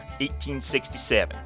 1867